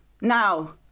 Now